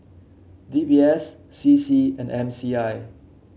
D B S C C and M C I